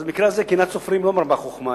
במקרה הזה קנאת סופרים לא מרבה חוכמה,